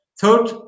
third